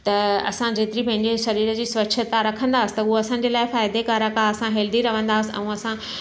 त असां जेतिरी पंहिंजे शरीर जी स्वच्छता रखंदा्सीं त उहा असांजे लाइ फ़ाइदेकारक आहे असां हैल्दी रहंदासीं ऐं असां